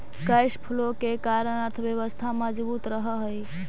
cash flow के कारण अर्थव्यवस्था मजबूत रहऽ हई